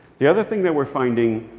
the other thing that we're finding